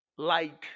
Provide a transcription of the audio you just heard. Light